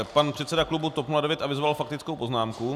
Pan předseda klubu TOP 09 avizoval faktickou poznámku.